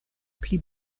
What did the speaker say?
pli